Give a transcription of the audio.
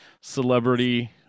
celebrity